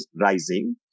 rising